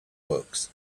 books